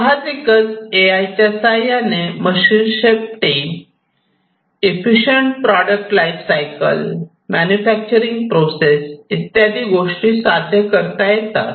सहाजिकच A I च्या साह्याने machine safety efficient product life cycle manufacturing process इत्यादी गोष्टी साध्य करता येतात